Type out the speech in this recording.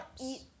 eat